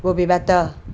will be better